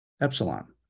epsilon